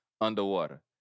underwater